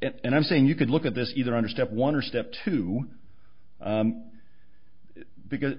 if and i'm saying you could look at this either under step one or step two because